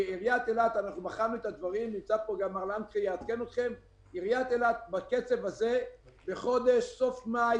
כי בקצב הזה עיריית אילת בסוף מאי,